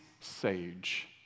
sage